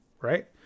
right